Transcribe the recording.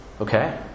Okay